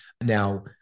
Now